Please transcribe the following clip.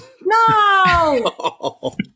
no